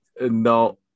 No